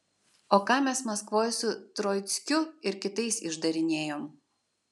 o ką mes maskvoj su troickiu ir kitais išdarinėjom